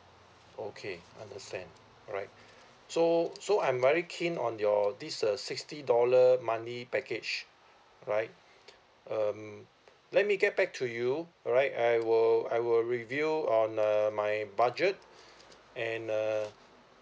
okay understand alright so so I'm very keen on your this uh sixty dollar monthly package right um let me get back to you right I will I will review on uh my budget and uh